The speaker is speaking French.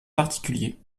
particulier